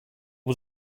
was